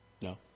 No